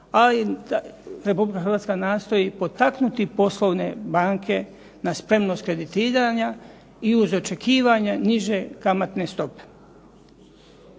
ali Republika Hrvatska nastoji potaknuti poslovne banke na spremnost kreditiranja i uz očekivanja niže kamatne stope.